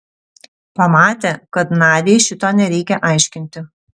pamatė kad nadiai šito nereikia aiškinti